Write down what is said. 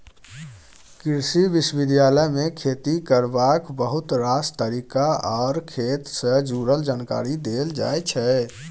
कृषि विश्वविद्यालय मे खेती करबाक बहुत रास तरीका आर खेत सँ जुरल जानकारी देल जाइ छै